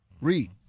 Read